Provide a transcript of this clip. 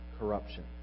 corruption